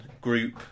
group